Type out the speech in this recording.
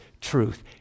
truth